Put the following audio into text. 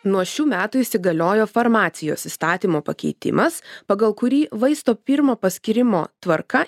nuo šių metų įsigaliojo farmacijos įstatymo pakeitimas pagal kurį vaisto pirmo paskyrimo tvarka